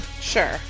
Sure